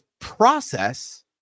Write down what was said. process